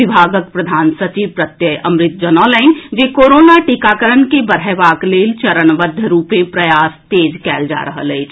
विभागक प्रधान सचिव प्रत्यय अमृत जनौलनि जे कोरोना टीकाकरण के बढ़एबाक लेल चरणबद्ध रूपे प्रयास तेज कएल जा रहल अछि